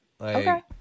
Okay